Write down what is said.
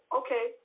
okay